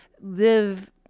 live